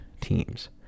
teams